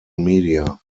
media